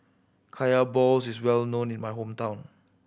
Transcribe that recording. Kaya balls is well known in my hometown